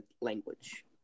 language